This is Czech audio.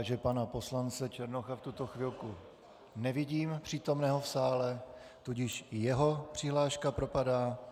Ale pana poslance Černocha v tuto chvilku nevidím přítomného v sále, tudíž i jeho přihláška propadá.